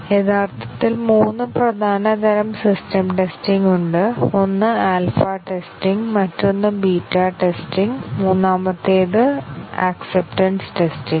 യഥാർത്ഥത്തിൽ മൂന്ന് പ്രധാന തരം സിസ്റ്റം ടെസ്റ്റിംഗ് ഉണ്ട് ഒന്ന് ആൽഫ ടെസ്റ്റിംഗ് മറ്റൊന്ന് ബീറ്റ ടെസ്റ്റിംഗ് മൂന്നാമത്തേത് ആക്സപ്പ്ടെൻസ് ടെസ്റ്റിങ്